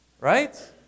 Right